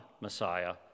Messiah